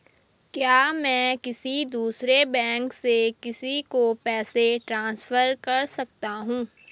क्या मैं किसी दूसरे बैंक से किसी को पैसे ट्रांसफर कर सकता हूँ?